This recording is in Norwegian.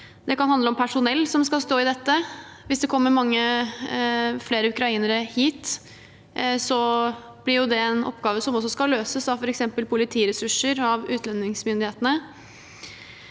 Det kan handle om personell som skal stå i dette. Hvis det kommer mange flere ukrainere hit, blir det en oppgave som også skal løses av f.eks. politiressurser og utlendingsmyndighetene.